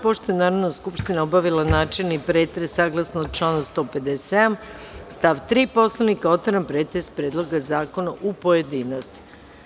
Pošto je Narodna skupština obavila načelni pretres, saglasno članu 157. stav 3. Poslovnika, otvaram pretres Predloga zakona u pojedinostima.